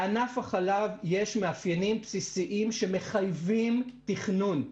לענף החלב יש מאפיינים בסיסיים שמחייבים תכנון.